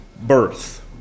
birth